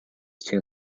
two